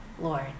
Lord